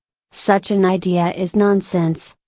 such an idea is nonsense,